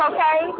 Okay